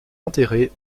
enterrées